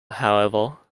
however